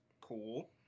Cool